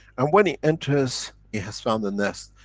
and when it enters, it has found a nest.